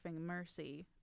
Mercy